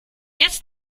jetzt